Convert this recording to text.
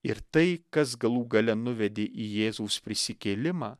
ir tai kas galų gale nuvedė į jėzaus prisikėlimą